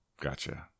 gotcha